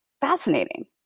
fascinating